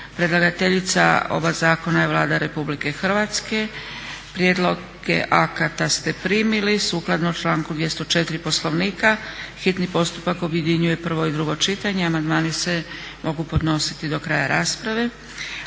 Predlagateljica oba zakona je Vlada RH. Prijedloge akata ste primili. Sukladno članku 204. Poslovnika hitni postupak objedinjuje prvo i drugo čitanje, amandmani se mogu podnositi do kraja rasprave.